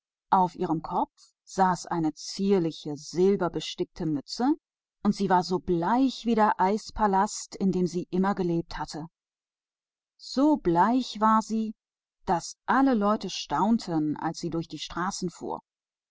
auf dem kopf trug sie eine winzige kappe aus silbernem gewebe und sie war so bleich wie der schneepalast in dem sie immer gewohnt hatte so bleich war sie daß alles volk sich darob verwunderte als sie durch die straßen